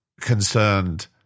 concerned